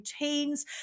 routines